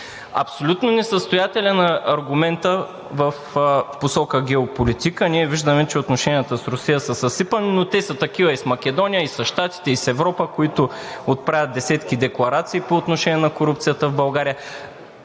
Абсолютно несъстоятелен е аргументът в посока геополитика. Ние виждаме, че отношенията с Русия са съсипани. Но те са такива и с Македония, и с Щатите, и с Европа, които отправят десетки декларации по отношение на корупцията в България.